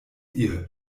ihr